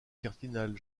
cardinal